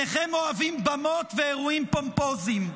שניכם אוהבים במות ואירועים פומפוזיים,